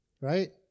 right